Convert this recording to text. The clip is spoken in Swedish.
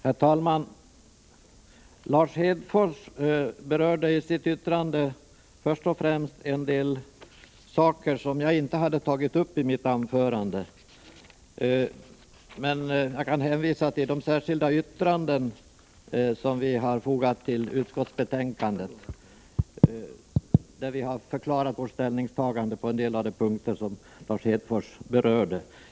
Herr talman! Lars Hedfors berörde en del saker som jag inte hade tagit upp i mitt anförande. Jag kan hänvisa till de särskilda yttranden som vi har fogat till utskottsbetänkandet och där vi har förklarat vårt ställningstagande på några av dessa punkter.